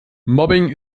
mobbing